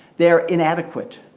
they are inadequate.